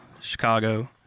Chicago